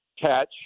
catch